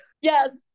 yes